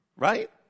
Right